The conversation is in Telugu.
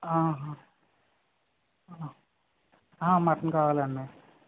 ఆహా మటన్ కావాలండి